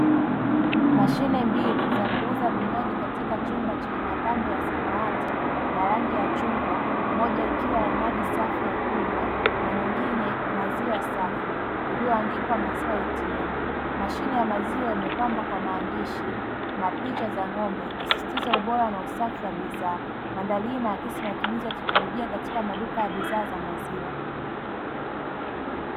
Mashine mbili za kuuza vinywaji katika chumba chenye mapambo ya samawati na rangi ya chungwa moja ikiwa na maji safi ya kunywa na nyingine maziwa safi iliyoandikwa "maziwa ATM'. Mashine ya maziwa imepambwa kwa maandishi na picha za ng'ombe ikisisitiza ubora na usafi wa bidhaa, mandhari hii inaakisi matumizi ya teknolojia katika maduka ya bidhaa za maziwa.